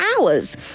hours